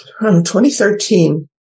2013